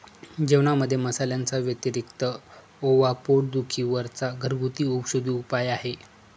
जेवणामध्ये मसाल्यांच्या व्यतिरिक्त ओवा पोट दुखी वर चा घरगुती औषधी उपाय आहे